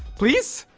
please